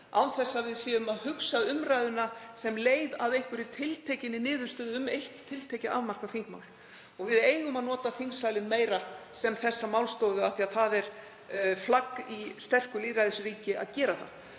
án þess að við séum að hugsa um umræðuna sem leið að einhverri tiltekinni niðurstöðu um eitt tiltekið, afmarkað þingmál. Við eigum að nota þingsalinn meira sem þá málstofu af því að það er flagg í sterku lýðræðisríki að gera það.